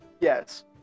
Yes